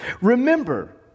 Remember